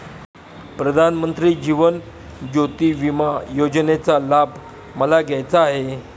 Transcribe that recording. प्रधानमंत्री जीवन ज्योती विमा योजनेचा लाभ मला घ्यायचा आहे